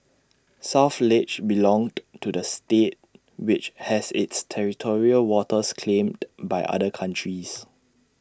south ledge belonged to the state which has its territorial waters claimed by other countries